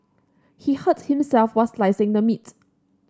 he hurt himself while slicing the meat